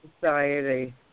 society